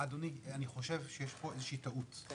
אדוני, אני חושב שיש פה איזו טעות.